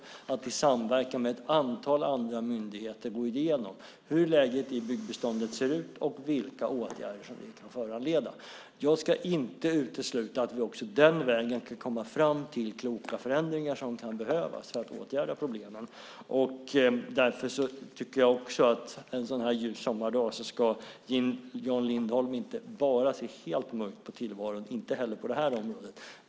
Det ska i samverkan med ett antal andra myndigheter gå igenom hur läget ser ut i byggbeståndet och vilka åtgärder som det kan föranleda. Jag ska inte utesluta att vi också den vägen kan komma fram till kloka förändringar som kan behövas för att åtgärda problemen. Därför tycker jag också att en sådan här ljus sommardag ska Jan Lindholm inte bara se helt mörkt på tillvaron och inte heller på det här området.